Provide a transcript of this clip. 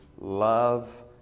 love